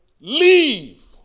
Leave